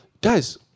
guys